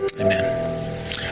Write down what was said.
Amen